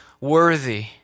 worthy